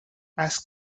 ask